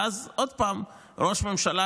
ואז עוד פעם ראש ממשלה,